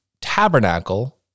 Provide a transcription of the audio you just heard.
tabernacle